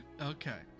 okay